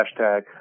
hashtag